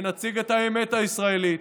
ונציג את האמת הישראלית.